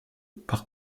par